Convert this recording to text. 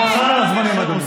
אנחנו עומדים על הזמנים, אדוני.